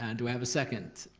and do i have a second?